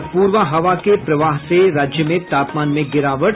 और पूर्वा हवा के प्रवाह से राज्य में तापमान में गिरावट